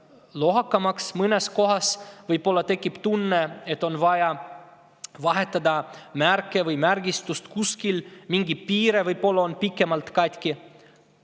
lohakamaks, mõnes kohas võib-olla tekib tunne, et on vaja vahetada märke või märgistust, kuskil võib mingi piire olla pikemalt katki,